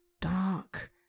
dark